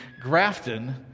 Grafton